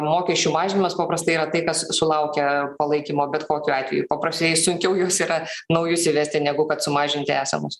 mokesčių mažinimas paprastai yra tai kas sulaukia palaikymo bet kokiu atveju paprastai sunkiau juos yra naujus įvesti negu kad sumažinti esamus